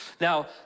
Now